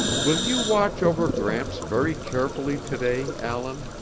will you watch over gramps very carefully today, allan?